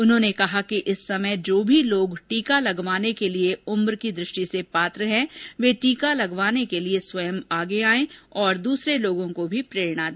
उन्होंने कहा कि इस समय जो भी लोग टीका लगवाने के लिए उम्र की दृष्टि से पात्र हैं वे टीका लगवाने के लिए स्वयं आगे आएं तथा दूसरों को भी प्रेरणा दें